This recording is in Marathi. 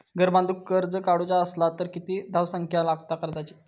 घर बांधूक कर्ज काढूचा असला तर किती धावसंख्या लागता कर्जाची?